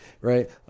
Right